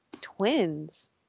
twins